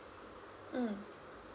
mm